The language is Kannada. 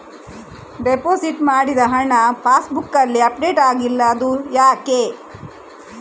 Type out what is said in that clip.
ಡೆಪೋಸಿಟ್ ಮಾಡಿದ ಹಣ ಪಾಸ್ ಬುಕ್ನಲ್ಲಿ ಅಪ್ಡೇಟ್ ಆಗಿಲ್ಲ ಅದು ಯಾಕೆ?